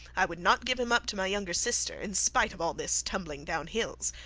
i would not give him up to my younger sister, in spite of all this tumbling down hills.